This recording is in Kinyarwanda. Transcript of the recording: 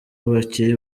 bakiri